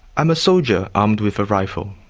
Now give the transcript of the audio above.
i'm a soldier armed with a rifle,